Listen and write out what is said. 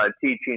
teaching